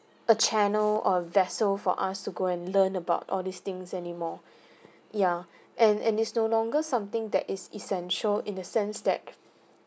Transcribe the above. a channel or vessel for us to go and learn about all these things anymore ya and and is no longer something that is essential in the sense that